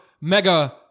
mega